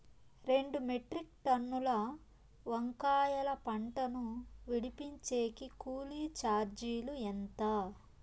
రెండు మెట్రిక్ టన్నుల వంకాయల పంట ను విడిపించేకి కూలీ చార్జీలు ఎంత?